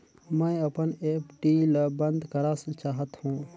मैं अपन एफ.डी ल बंद करा चाहत हों